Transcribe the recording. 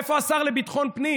איפה השר לביטחון פנים?